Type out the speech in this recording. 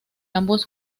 ambos